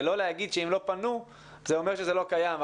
ולא להגיד שאם לא פנו זה אומר שזה לא קיים.